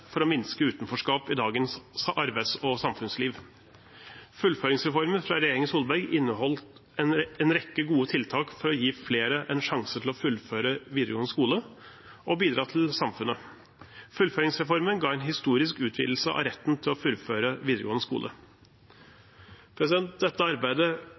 for å minske utenforskap i dagens arbeids- og samfunnsliv. Fullføringsreformen fra regjeringen Solberg inneholder en rekke gode tiltak for å gi flere en sjanse til å fullføre videregående skole og bidra til samfunnet. Fullføringsreformen gav en historisk utvidelse av retten til å fullføre videregående skole. Dette arbeidet